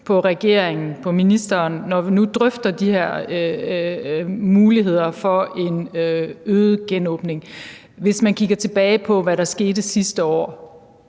på regeringen, på ministeren, når vi nu drøfter de her muligheder for en øget genåbning. Hvis man kigger tilbage på, hvad der skete sidste år,